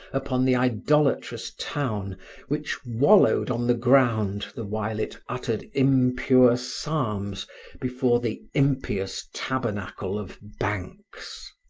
upon the idolatrous town which wallowed on the ground the while it uttered impure psalms before the impious tabernacle of banks.